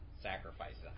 sacrifices